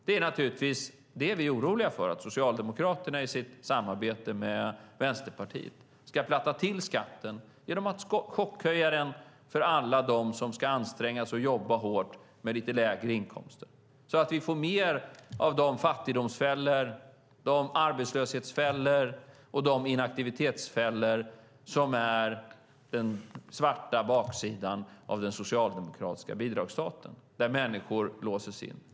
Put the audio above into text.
Det är naturligtvis det vi är oroliga för, att Socialdemokraterna i sitt samarbete med Vänsterpartiet ska platta till skatten genom att chockhöja den för alla dem som ska anstränga sig och jobba hårt med lite lägre inkomster, så att vi får mer av de fattigdomsfällor, de arbetslöshetsfällor och de inaktivitetsfällor som är den svarta baksidan av den socialdemokratiska bidragsstaten, där människor låses in.